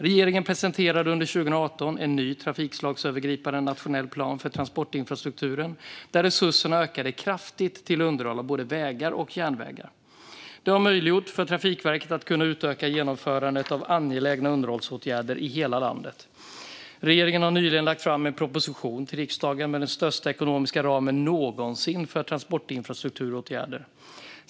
Regeringen presenterade under 2018 en ny trafikslagsövergripande nationell plan för transportinfrastrukturen, där resurserna ökade kraftigt till underhåll av både vägar och järnvägar. Detta har möjliggjort för Trafikverket att utöka genomförandet av angelägna underhållsåtgärder i hela landet. Regeringen har nyligen lagt fram en proposition för riksdagen med den största ekonomiska ramen någonsin för transportinfrastrukturåtgärder.